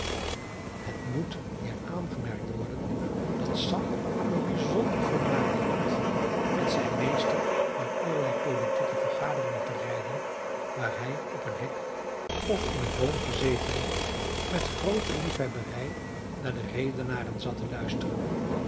het moet hier aangemerkt worden dat sam er bijzonder vermaak in had met zijn meester naar allerlei politieke vergaderingen te rijden waar hij op een hek of in een boom gezeten met groote liefhebberij naar de redenaren zat te luisteren